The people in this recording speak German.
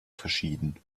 verschieden